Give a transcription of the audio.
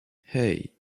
hey